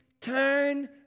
turn